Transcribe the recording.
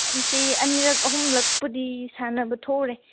ꯑꯩꯁꯦ ꯑꯅꯤꯔꯛ ꯑꯍꯨꯝꯂꯛꯄꯨꯗꯤ ꯁꯥꯟꯅꯕ ꯊꯣꯛꯎꯔꯦ